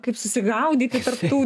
kaip susigaudyti tarp tų